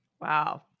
Wow